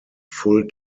full